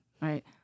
Right